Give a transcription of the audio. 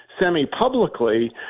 semi-publicly